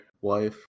wife